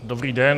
Dobrý den.